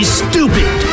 stupid